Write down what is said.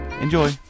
Enjoy